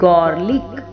Garlic